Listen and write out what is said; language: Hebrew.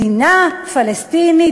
מדינה פלסטינית,